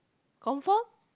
confirm